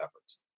efforts